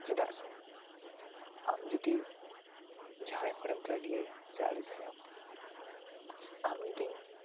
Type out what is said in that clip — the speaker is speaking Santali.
ᱪᱮᱫᱟᱜ ᱥᱮ ᱟᱢ ᱡᱩᱫᱤ ᱡᱟᱦᱟᱸᱭ ᱦᱚᱲᱮᱢ ᱨᱟᱹᱜᱤ ᱟᱭᱟ ᱥᱮ ᱟᱹᱲᱤᱥ ᱟᱭᱟᱢ ᱟᱢ ᱡᱩᱫᱤᱢ